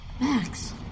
Max